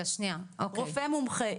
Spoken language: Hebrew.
רופא מומחה,